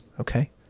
Okay